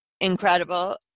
incredible